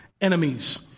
enemies